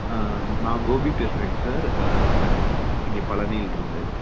ஆ நான் கோபி பேசுகிறேங்க சார் இங்கே பழனியில்ருந்து